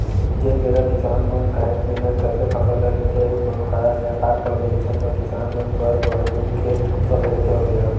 जेन बेरा किसान मन काहेच मेहनत करके फसल ल लेथे अउ कोनो कारन ले अकाल पड़गे अइसन म किसान मन बर बड़ दुख के समे रहिथे ओ बेरा